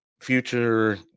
future